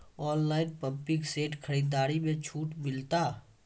Online pumping set खरीदारी मे छूट मिलता?